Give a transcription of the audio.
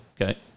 Okay